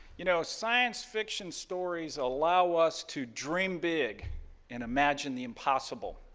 you know, science fiction stories allow us to dream big and imagine the impossible.